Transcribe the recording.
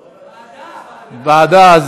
ועדה.